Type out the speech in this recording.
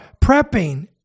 prepping